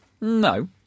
No